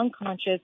unconscious